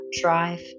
Drive